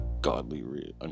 godly